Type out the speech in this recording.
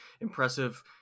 impressive